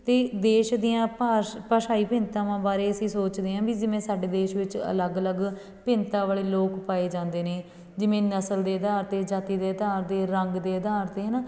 ਅਤੇ ਦੇਸ਼ ਦੀਆਂ ਭਾਸ਼ ਭਾਸ਼ਾਈ ਭਿੰਨਤਾਵਾਂ ਬਾਰੇ ਅਸੀਂ ਸੋਚਦੇ ਹਾਂ ਵੀ ਜਿਵੇਂ ਸਾਡੇ ਦੇਸ਼ ਵਿੱਚ ਅਲੱਗ ਅਲੱਗ ਭਿੰਨਤਾ ਵਾਲੇ ਲੋਕ ਪਾਏ ਜਾਂਦੇ ਨੇ ਜਿਵੇਂ ਨਸਲ ਦੇ ਅਧਾਰ 'ਤੇ ਜਾਤੀ ਦੇ ਆਧਾਰ 'ਤੇ ਰੰਗ ਦੇ ਆਧਾਰ 'ਤੇ ਹੈ ਨਾ